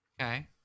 Okay